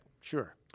sure